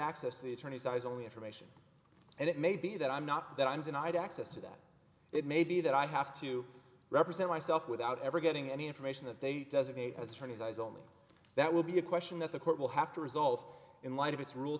access to the attorney's eyes only information and it may be that i'm not that i'm denied access or that it may be that i have to represent myself without ever getting any information that they designate as attorneys eyes only that will be a question that the court will have to resolve in light of its rule